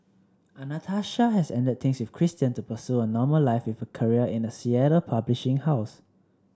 Anastasia has ended things with Christian to pursue a normal life with a career in a Seattle publishing house